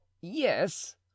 Yes